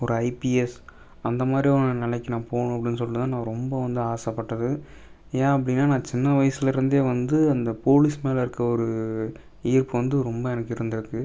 ஒரு ஐபிஎஸ் அந்த மாதிரி ஒரு நிலைக்கி நான் போகணும் அப்படின்னு சொல்லிட்டு தான் நான் ரொம்ப வந்து ஆசைப்பட்டது ஏன் அப்படின்னா நான் சின்ன வயசுலிருந்தே வந்து அந்த போலீஸ் மேல் இருக்கற ஒரு ஈர்ப்பு வந்து ரொம்ப எனக்கு இருந்துருக்குது